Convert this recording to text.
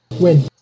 Win